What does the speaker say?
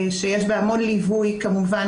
שיש בה המון ליווי כמובן